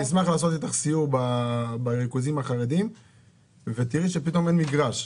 אני אשמח לעשות איתך סיור בריכוזים החרדים ותראי שפתאום אין מגרש.